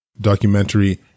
documentary